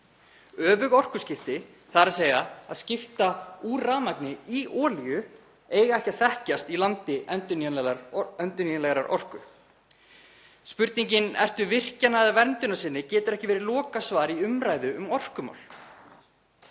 Öfug orkuskipti, þ.e. að skipta úr rafmagni í olíu, eiga ekki að þekkjast í landi endurnýjanlegrar orku. Spurningin: Ertu virkjunar- eða verndunarsinni? getur ekki verið lokasvar í umræðu um orkumál.